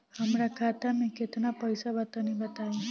हमरा खाता मे केतना पईसा बा तनि बताईं?